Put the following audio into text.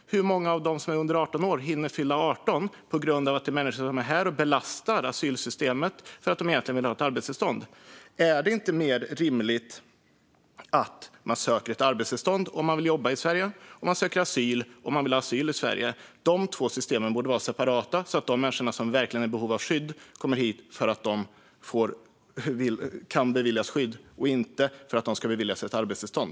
Hur många av dem som är under 18 år hinner fylla 18 på grund av att det finns människor som är här och belastar asylsystemet för att de egentligen vill ha ett arbetstillstånd? Är det inte mer rimligt att människor söker ett arbetstillstånd om de vill jobba i Sverige och söker asyl om de vill ha asyl i Sverige? Dessa två system borde vara separata, så att de människor som verkligen är i behov av skydd kommer hit för att de kan beviljas skydd och inte för att de ska beviljas ett arbetstillstånd.